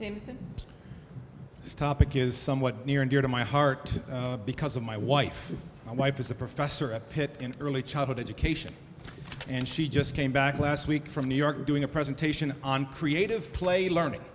those this topic is somewhat near and dear to my heart because of my wife my wife is a professor at pitt in early childhood education and she just came back last week from new york doing a presentation on creative play learning